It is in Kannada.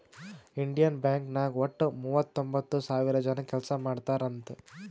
ಇಂಡಿಯನ್ ಬ್ಯಾಂಕ್ ನಾಗ್ ವಟ್ಟ ಮೂವತೊಂಬತ್ತ್ ಸಾವಿರ ಜನ ಕೆಲ್ಸಾ ಮಾಡ್ತಾರ್ ಅಂತ್